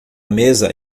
mesa